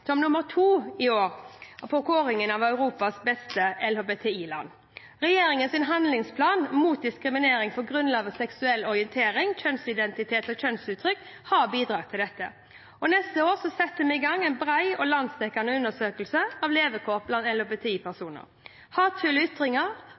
som nummer 2 i kåringen av Europas beste LHBTI-land. Regjeringens handlingsplan mot diskriminering på grunnlag av seksuell orientering, kjønnsidentitet og kjønnsuttrykk har bidratt til dette. Neste år setter vi i gang en bred og landsdekkende undersøkelse av levekår